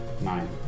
nine